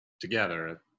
together